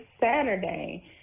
Saturday